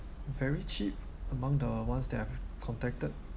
very cheap among the ones that I have contacted